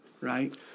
right